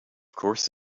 course